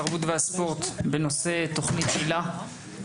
התרבות והספורט בנושא: תוכנית היל"ה